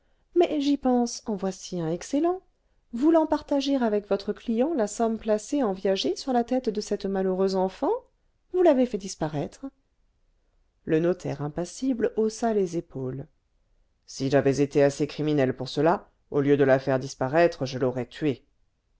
mais j'y pense en voici un excellent voulant partager avec votre client la somme placée en viager sur la tête de cette malheureuse enfant vous l'avez fait disparaître le notaire impassible haussa les épaules si j'avais été assez criminel pour cela au lieu de la faire disparaître je l'aurais tuée